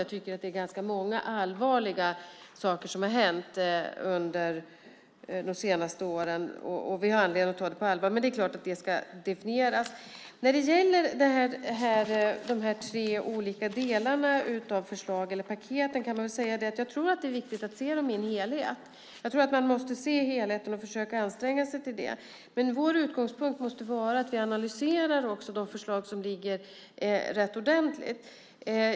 Jag tycker att det är ganska många allvarliga saker som har hänt under de senaste åren, och vi har anledning att ta dem på allvar. Men det är klart att det ska definieras. Jag tror att det är viktigt att se de tre olika delarna av förslaget eller paketet i en helhet. Man måste försöka anstränga sig för att se helheten. Men vår utgångspunkt måste vara att vi också ordentligt analyserar de förslag som lagts fram.